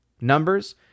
numbers